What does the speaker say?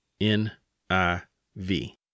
N-I-V